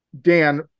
Dan